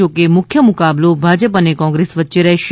જોકે મુખ્ય મુકાબલો ભાજપ અને કોંગ્રેસ વચ્ચે રહેશે